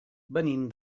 venim